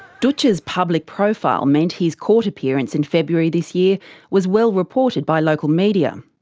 dootch's public profile meant his court appearance in february this year was well reported by local media.